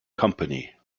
company